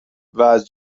واز